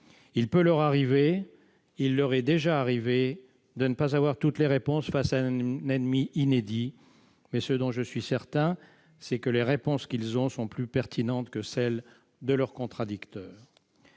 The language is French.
Il peut leur arriver, il leur est déjà arrivé de ne pas avoir toutes les réponses face à un ennemi inédit ; je suis en tout cas certain que les réponses qu'ils ont sont plus pertinentes que celles de leurs contradicteurs.